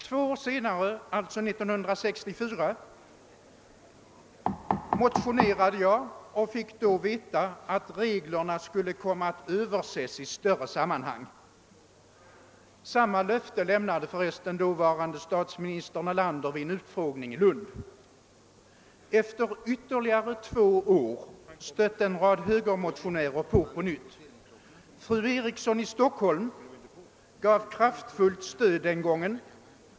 Två år senare motionerade jag och fick då veta att reglerna skulle komma att överses i ett större sammanhang. Samma löfte lämnade för resten dåvarande statsmi nistern Erlander vid en utfrågning i Lund. Efter ytterligare två år stötte en rad högermotionärer på på nytt. Fru Eriksson i Stockholm gav ett kraftfullt stöd den gången.